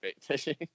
fishing